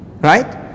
Right